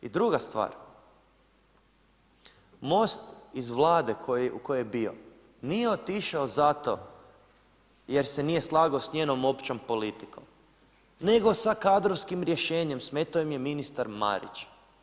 I druga stvar, Most iz vlade u kojoj je bio nije otišao zato jer se nije slagao s njenom općom politikom nego sa kadrovskim rješenjem, smetao im je ministar Marić.